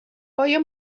آیا